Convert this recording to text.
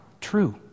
true